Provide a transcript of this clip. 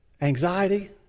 Anxiety